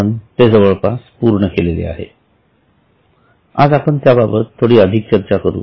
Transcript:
आपण ते जवळपास पूर्ण केलेले आहे आज आपण त्याबाबत थोडी अधिक चर्चा करू